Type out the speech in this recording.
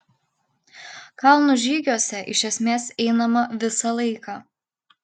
kalnų žygiuose iš esmės einama visą laiką